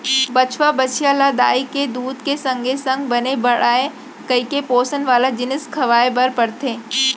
बछवा, बछिया ल दाई के दूद के संगे संग बने बाढ़य कइके पोसन वाला जिनिस खवाए बर परथे